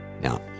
Now